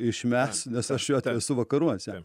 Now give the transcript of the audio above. iš mes nes aš jau esu vakaruose